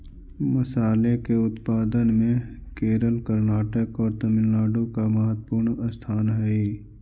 मसाले के उत्पादन में केरल कर्नाटक और तमिलनाडु का महत्वपूर्ण स्थान हई